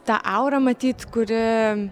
ta aura matyt kuri